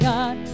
God